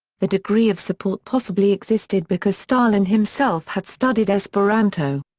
the degree of support possibly existed because stalin himself had studied esperanto.